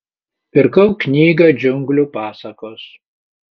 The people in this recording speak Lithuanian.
pirkau knygą džiunglių pasakos